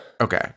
Okay